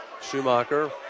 Schumacher